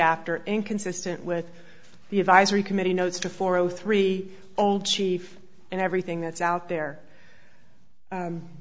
after inconsistent with the advisory committee notes to four o three old chief and everything that's out there